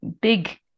big